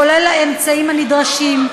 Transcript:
כולל האמצעים הנדרשים,